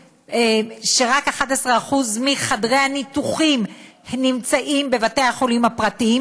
11% מחדרי הניתוח נמצאים בבתי-החולים הפרטיים,